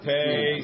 Pay